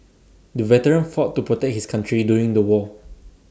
the veteran fought to protect his country during the war